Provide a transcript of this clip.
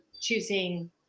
choosing